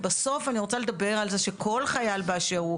בסוף אני רוצה לדבר על זה שכל חייל באשר הוא,